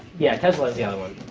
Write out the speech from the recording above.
yeah, tesla is the other one.